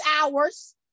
hours